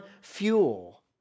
fuel